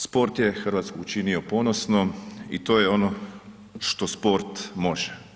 Sport je Hrvatsku učinio ponosnom i to je ono što sport može.